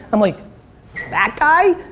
i'm like that guy?